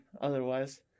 otherwise